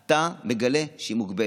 אתה מגלה שהיא מוגבלת.